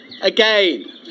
Again